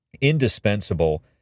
indispensable